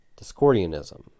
Discordianism